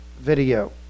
video